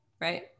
Right